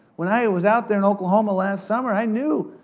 when i was out there in oklahoma last summer, i knew.